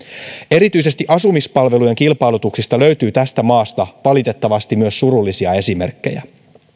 erityisesti asumispalvelujen kilpailutuksista löytyy tästä maasta valitettavasti myös surullisia esimerkkejä